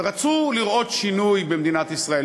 רצו לראות שינוי במדינת ישראל,